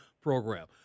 program